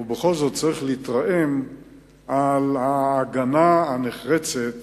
ובכל זאת יש להתרעם על ההגנה הנחרצת